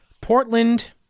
Portland